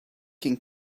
can